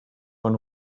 von